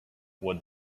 what